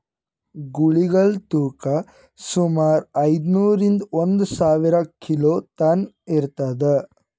ಗೂಳಿಗಳ್ ತೂಕಾ ಸುಮಾರ್ ಐದ್ನೂರಿಂದಾ ಒಂದ್ ಸಾವಿರ ಕಿಲೋ ತನಾ ಇರ್ತದ್